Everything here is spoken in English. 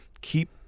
Keep